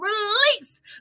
release